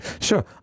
sure